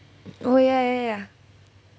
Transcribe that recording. oh ya ya ya ya